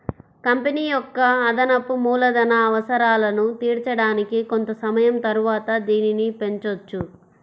company యొక్క అదనపు మూలధన అవసరాలను తీర్చడానికి కొంత సమయం తరువాత దీనిని పెంచొచ్చు